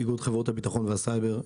באיגוד חברות הביטחון והסייבר,